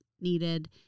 needed